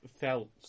felt